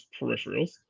peripherals